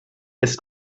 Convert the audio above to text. ist